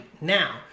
now